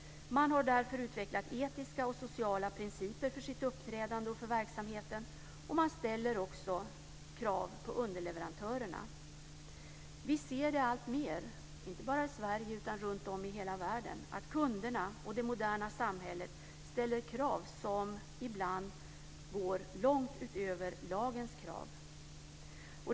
De har därför utvecklat etiska och sociala principer för sitt uppträdande och för verksamheten, och de ställer också krav på underleverantörerna. Vi ser alltmer inte bara i Sverige utan runtom i hela världen att kunderna och det moderna samhället ställer krav som ibland går långt utöver lagens krav.